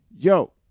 yo